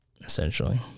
essentially